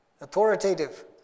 authoritative